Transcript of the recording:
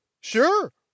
sure